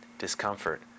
Discomfort